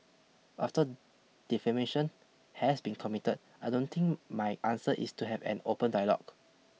after defamation has been committed I don't think my answer is to have an open dialogue